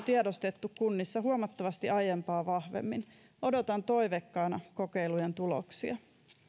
tiedostettu kunnissa huomattavasti aiempaa vahvemmin odotan toiveikkaana kokeilujen tuloksia